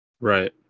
Right